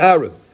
Arab